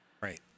Right